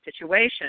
situation